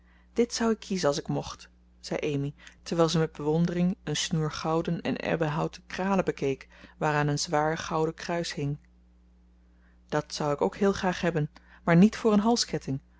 dit zou ik kiezen als ik mocht zei amy terwijl ze met bewondering een snoer gouden en ebbenhouten kralen bekeek waaraan een zwaar gouden kruis hing dat zou ik ook heel graag hebben maar niet voor een